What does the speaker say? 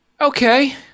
okay